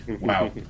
Wow